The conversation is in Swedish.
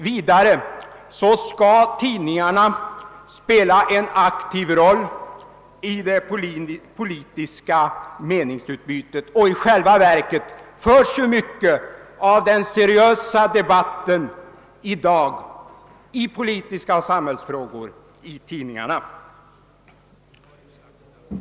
Vidare skall tidningarna spela en aktiv roll i det politiska meningsutbytet, och i själva verket förs mycket av den seriösa debatten i dag i politiska frågor och i samhällsfrågor i tidningarna.